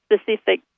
specific